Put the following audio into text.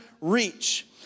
reach